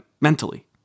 mentally